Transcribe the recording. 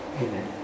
Amen